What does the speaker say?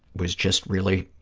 was just really